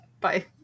Bye